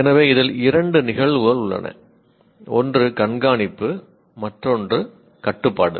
எனவே இதில் இரண்டு நிகழ்வுகள் உள்ளன ஒன்று கண்காணிப்பு மற்றொன்று கட்டுப்பாடு